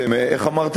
איך אמרת?